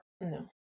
No